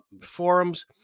forums